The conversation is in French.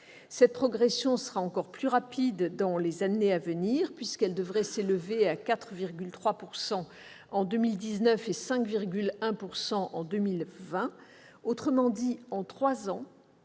La progression sera encore plus rapide dans les années à venir, puisqu'elle devrait s'élever à 4,3 % en 2019 et à 5,1 % en 2020. En trois ans,